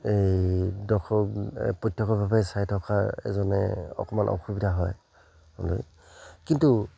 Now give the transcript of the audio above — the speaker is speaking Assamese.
এই দৰ্শক প্ৰত্যক্ষভাৱে চাই থকা এজনে অকণমান অসুবিধা হয় মানে কিন্তু